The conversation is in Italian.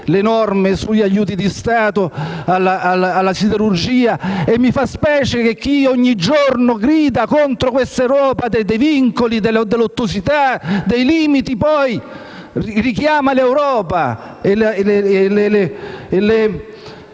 le norme sugli aiuti di Stato alla siderurgia. Mi fa specie che chi ogni giorno grida contro quest'Europa dei vincoli, dell'ottusità e dei limiti, poi richiami le procedure